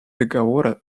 договора